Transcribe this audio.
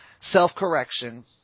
self-correction